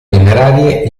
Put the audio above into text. minerarie